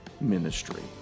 ministry